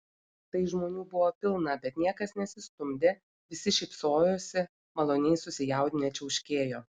tai žmonių buvo pilna bet niekas nesistumdė visi šypsojosi maloniai susijaudinę čiauškėjo